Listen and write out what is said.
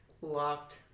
locked